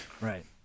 right